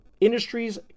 industries